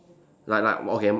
like like okay